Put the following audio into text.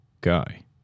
guy